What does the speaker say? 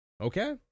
Okay